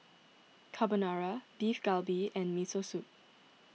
Carbonara Beef Galbi and Miso Soup